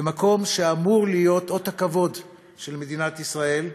במקום שאמור להיות אות הכבוד של מדינת ישראל,